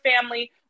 family